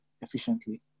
efficiently